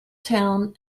town